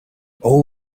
all